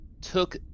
took